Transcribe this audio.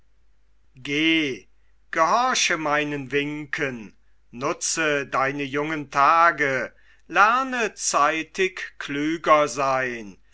gehorche meinen winken nutze deine jungen tage lerne zeitig klüger seyn